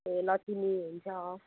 ए लक्ष्मी हुन्छ अँ